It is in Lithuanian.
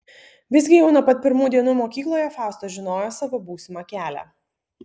visgi jau nuo pat pirmų dienų mokykloje fausta žinojo savo būsimą kelią